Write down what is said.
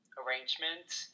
arrangements